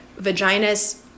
vaginas